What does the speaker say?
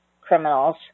criminals